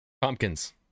Pumpkins